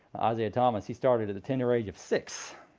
isaiah thomas, he started at the tender age of six.